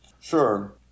sure